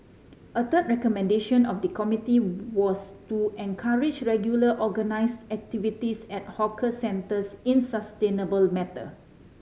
a third recommendation of the committee was to encourage regular organise activities at hawker centres in sustainable matter